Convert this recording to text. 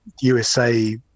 USA